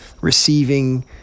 receiving